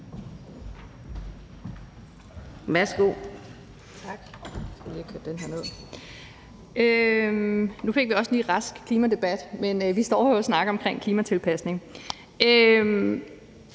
Tak. Nu fik vi også lige en rask klimadebat, men vi står her jo og snakker om klimatilpasning.